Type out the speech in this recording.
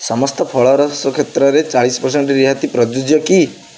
ସମସ୍ତ ଫଳରସ କ୍ଷେତ୍ରରେ ଚାଳିଶି ପେରସେଣ୍ଟ୍ ରିହାତି ପ୍ରଯୁଜ୍ୟ କି